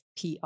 PR